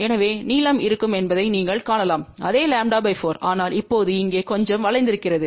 எனவே நீளம் இருக்கும் என்பதை நீங்கள் காணலாம் அதேλ 4 ஆனால் இப்போது இங்கே கொஞ்சம் வளைந்திருக்கிறது